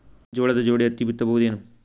ಜೋಳದ ಜೋಡಿ ಹತ್ತಿ ಬಿತ್ತ ಬಹುದೇನು?